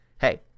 hey